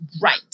right